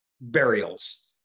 burials